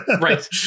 Right